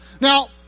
Now